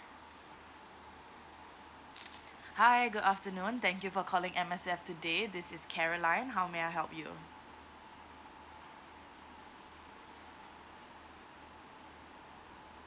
hi good afternoon thank you for calling M_S_F today this is caroline how may I help you